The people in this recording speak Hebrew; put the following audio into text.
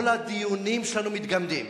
כל הדיונים שלנו מתגמדים